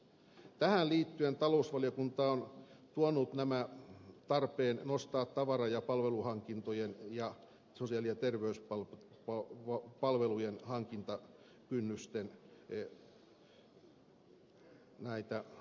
tähän liittyen talousvaliokunta on tuonut tämän tarpeen nostaa tavara ja palveluhankintojen ja sosiaali ja terveyspalvelujen hankintakynnysten rajoja